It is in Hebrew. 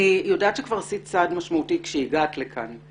אני יודעת שכבר עשית צעד משמעותי כשהגעת לכאן.